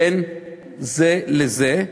בין זה לזה.